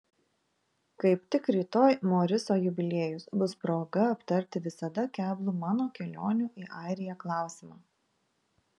kaip tik rytoj moriso jubiliejus bus proga aptarti visada keblų mano kelionių į airiją klausimą